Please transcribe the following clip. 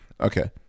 Okay